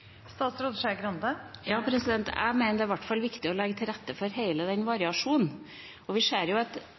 Ja, jeg mener det i hvert fall er viktig å legge til rette for hele den variasjonen. Vi ser